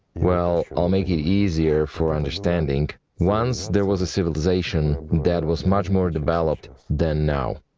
well, i'll make it easier for understanding. once there was a civilization that was much more developed than now.